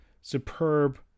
superb